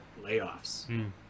layoffs